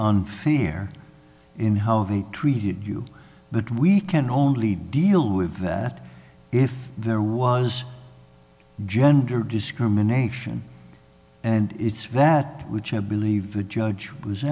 unfair in how they treated you but we can only deal with that if there was gender discrimination and it's vet which i believe a judge was